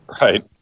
Right